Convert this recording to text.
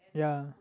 yea